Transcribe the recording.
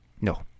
No